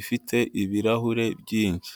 ifite ibirahure byinshi.